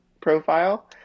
profile